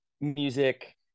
music